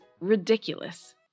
ridiculous